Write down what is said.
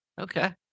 Okay